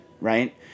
right